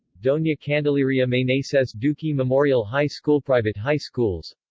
dona candeleria meneses duque memorial high schoolprivate high schools